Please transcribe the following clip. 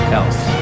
else